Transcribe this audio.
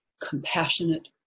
compassionate